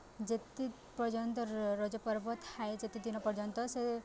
ଯେତେ ପର୍ଯ୍ୟନ୍ତ ରଜପର୍ବ ଥାଏ ଯେତେଦିନ ପର୍ଯ୍ୟନ୍ତ ସେ